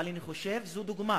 אבל אני חושב שזו דוגמה,